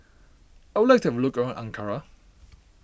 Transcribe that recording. I would like to have a look around Ankara